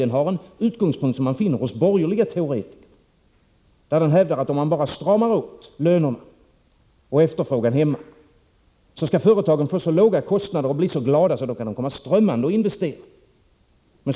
Det är en utgångspunkt som man finner hos borgerliga teoretiker och där man hävdar att bara lönerna och efterfrågan här hemma stramas åt skall företagarna få så låga kostnader och bli så glada att de kommer strömmande och investerar.